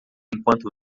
enquanto